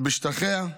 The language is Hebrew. משטחיה.